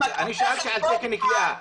אני שאלתי על תקן כליאה.